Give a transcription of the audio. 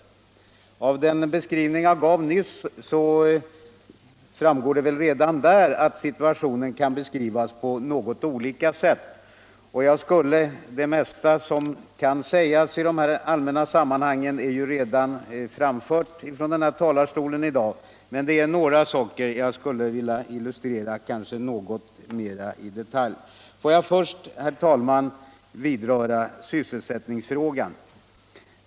Redan av den beskrivning jag återgav nyss framgår att situationen kan uppfattas på något olika sätt. Det mesta som kan sägas i de här allmänna sammanhangen är redan framfört från den här talarstolen, men det är några saker jag kanske skulle vilja illustrera något mer i detalj. Får jag först, herr talman, vidröra sysselsättningsfrågan.